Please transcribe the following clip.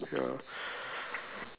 ya